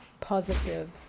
positive